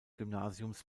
gymnasiums